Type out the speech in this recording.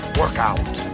workout